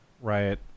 Riot